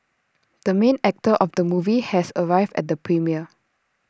the main actor of the movie has arrived at the premiere